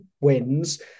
wins